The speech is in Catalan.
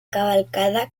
cavalcada